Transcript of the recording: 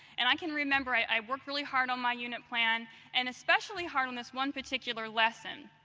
and i can remember, i worked really hard on my unit plan and especially hard on this one particular lesson.